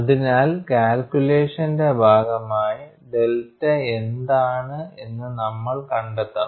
അതിനാൽ കാൽക്കുലേഷൻന്റെ ഭാഗമായി ഡെൽറ്റ എന്താണ് എന്ന് നമ്മൾ കണ്ടെത്തണം